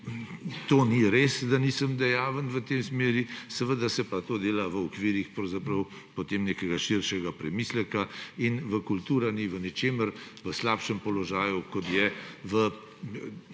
to ni res, da nisem dejaven v tej smeri. Seveda se pa to dela v okvirih potem nekega širšega premisleka in kultura ni v ničemer v slabšem položaju kot je